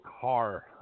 car